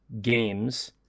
games